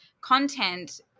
content